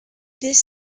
this